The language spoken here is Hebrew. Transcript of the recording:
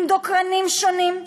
עם דוקרנים שונים,